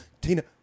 Tina